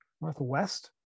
Northwest